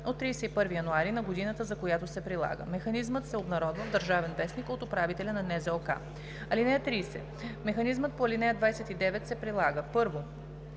от 31 януари на годината, за която се прилага. Механизмът се обнародва в „Държавен вестник“ от управителя на НЗОК. (30) Механизмът по ал. 29 се прилага: 1.